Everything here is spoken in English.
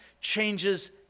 changes